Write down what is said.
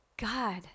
God